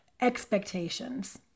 expectations